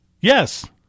Yes